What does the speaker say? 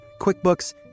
QuickBooks